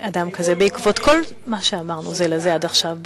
אדם כזה בעקבות כל מה שאמרנו זה לזה עד עכשיו,